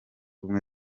ubumwe